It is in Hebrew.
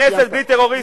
כנסת בלי טרוריסטים.